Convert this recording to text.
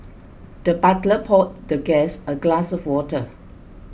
the butler poured the guest a glass of water